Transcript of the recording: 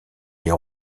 les